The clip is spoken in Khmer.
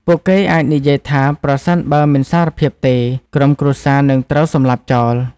ពួកគេអាចនិយាយថាប្រសិនបើមិនសារភាពទេ ក្រុមគ្រួសារនឹងត្រូវសម្លាប់ចោល។